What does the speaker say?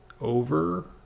over